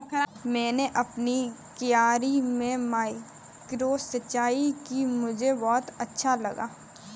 मैंने अपनी क्यारी में माइक्रो सिंचाई की मुझे बहुत अच्छा लगा